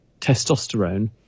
testosterone